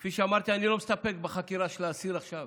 כפי שאמרתי, אני לא מסתפק בחקירה של האסיר עכשיו.